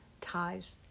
ties